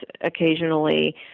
occasionally